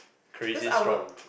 crazy strong